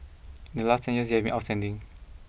in the last ten years they've been outstanding